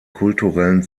kulturellen